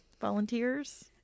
volunteers